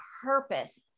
purpose